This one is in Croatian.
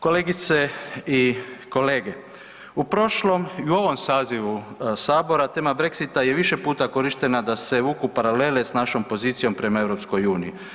Kolegice i kolege, u prošlom i u ovom sazivu sabora tema Brexita je više puta korištena da se vuku paralele s našom pozicijom prema EU.